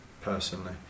personally